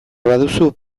baduzu